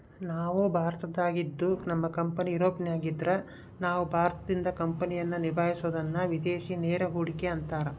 ನಾನು ಭಾರತದಾಗಿದ್ದು ನನ್ನ ಕಂಪನಿ ಯೂರೋಪ್ನಗಿದ್ದ್ರ ನಾನು ಭಾರತದಿಂದ ಕಂಪನಿಯನ್ನ ನಿಭಾಹಿಸಬೊದನ್ನ ವಿದೇಶಿ ನೇರ ಹೂಡಿಕೆ ಅಂತಾರ